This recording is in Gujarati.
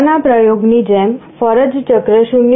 પહેલાના પ્રયોગની જેમ ફરજ ચક્ર 0